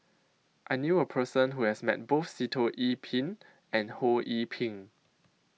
I knew A Person Who has Met Both Sitoh Yih Pin and Ho Yee Ping